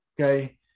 Okay